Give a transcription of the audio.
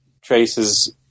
traces